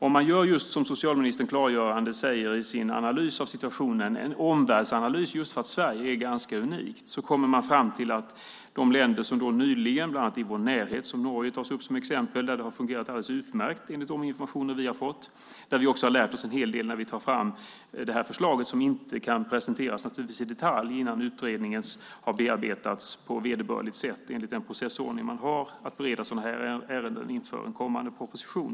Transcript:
Om man, som socialministern klargörande säger i sin analys av situationen, gör en omvärldsanalys, just för att Sverige är ganska unikt, kommer man fram till att i de länder som nyligen gjort så här, bland annat i vår närhet - Norge tas upp som exempel - har det fungerat alldeles utmärkt enligt de informationer vi har fått. Där har vi också lärt oss en hel del när vi tar fram det här förslaget, som naturligtvis inte kan presenteras i detalj innan utredningen har bearbetats på vederbörligt sätt enligt den processordning man har att bereda sådana här ärenden inför en kommande proposition.